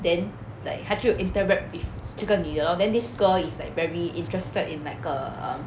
then like 他就 interact with 这个女的 lor then this girl is like very interested in 那个 um